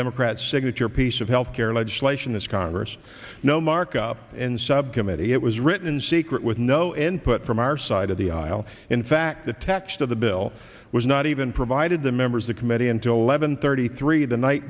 democrats signature piece of healthcare legislation this congress no markup in subcommittee it was written in secret with no input from our side of the aisle in fact the text of the bill was not even provided the members the committee until eleven thirty three the night